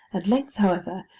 at length, however,